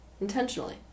intentionally